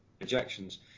rejections